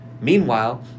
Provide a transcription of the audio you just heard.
meanwhile